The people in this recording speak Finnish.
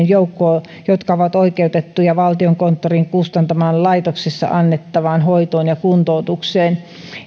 joukkoa jotka ovat oikeutettuja valtiokonttorin kustantamaan laitoksessa annettavaan hoitoon ja kuntoutukseen